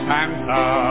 Santa